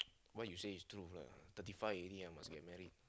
what you say is true lah thirty five already I must get married